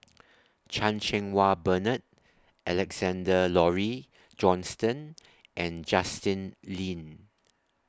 Chan Cheng Wah Bernard Alexander Laurie Johnston and Justin Lean